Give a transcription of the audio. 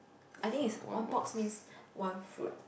I think is one box means one fruit